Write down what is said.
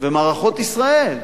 ומערכות ישראל.